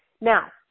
Now